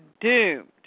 Doomed